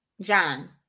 John